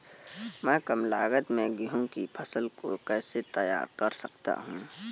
मैं कम लागत में गेहूँ की फसल को कैसे तैयार कर सकता हूँ?